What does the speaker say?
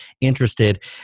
interested